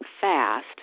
fast